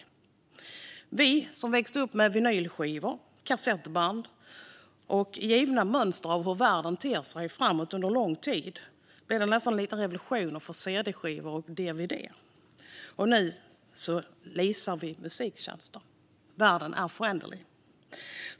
För oss som växte upp med vinylskivor, kassettband och en värld efter ett givet mönster innebar cd-skivor och dvd lite av en revolution - och nu leasar vi musiktjänster. Världen är föränderlig.